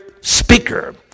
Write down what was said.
speaker